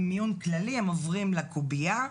ממיון כללי הם עוברים ל"קובייה",